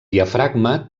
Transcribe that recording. diafragma